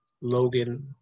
Logan